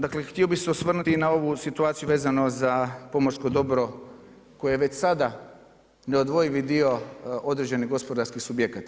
Dakle, htio bi se osvrnuti i na ovu situaciju vezano za pomorsko dobro koje je već sada neodvojivi dio određenih gospodarskih subjekata.